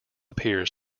appears